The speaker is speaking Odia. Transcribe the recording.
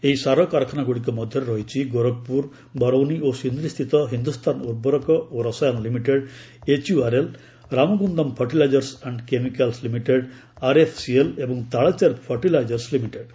ଏହି ସାର କାରଖାନାଗୁଡ଼ିକ ମଧ୍ୟରେ ରହିଛି ଗୋରଖପୁର ବାରୌନି ଓ ସିନ୍ଦ୍ରି ସ୍ଥିତ ହିନ୍ଦୁସ୍ଥାନ ଉର୍ବରକ୍ ଓ Rasayan limited HURL Ramagundam fertilizers and chemical limited RFCL ଏବଂ ତାଳଚେର ଫର୍ଟିଲାଇଜର୍ସ ଲିମିଟେଡ୍